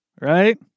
Right